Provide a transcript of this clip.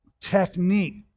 technique